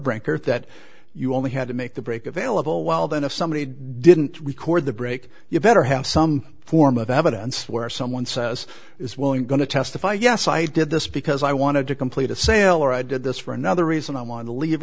branker that you only had to make the break available well then if somebody didn't record the break you'd better have some form of evidence where someone says is willing going to testify yes i did this because i wanted to complete a sailor i did this for another reason i wanted to leave